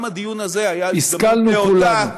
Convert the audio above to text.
גם הדיון הזה היה הזדמנות נאותה, השכלנו כולנו.